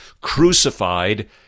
crucified